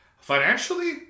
financially